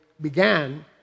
began